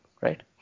right